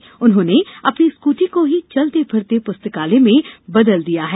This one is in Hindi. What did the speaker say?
जिन्होंने अपनी स्कृटी को ही चलते फिरते पुस्तकालय में बदल दिया है